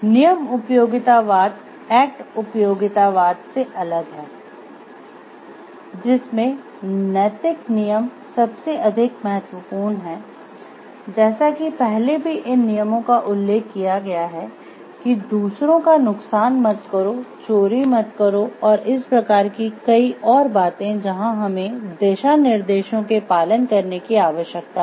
नियम उपयोगितावाद से अलग है जिसमें नैतिक नियम सबसे अधिक महत्वपूर्ण हैं जैसा कि पहले भी इन नियमों का उल्लेख किया गया है कि दूसरों का नुकसान मत करो चोरी मत करो और इस प्रकार की कई और बातें जहां हमें दिशानिर्देशों के पालन करने की आवश्यकता है